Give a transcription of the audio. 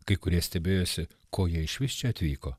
kai kurie stebėjosi ko jie išvis čia atvyko